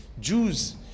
Jews